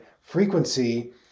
frequency